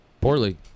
Poorly